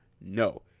No